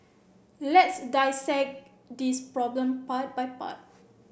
let's dissect this problem part by part